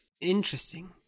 Interesting